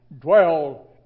dwell